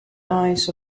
eyes